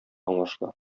аңлашыла